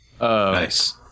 Nice